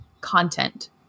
content